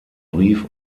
brief